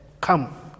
come